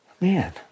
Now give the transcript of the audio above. man